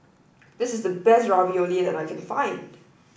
this is the best Ravioli that I can find